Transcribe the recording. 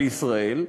בישראל,